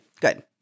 Good